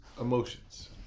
emotions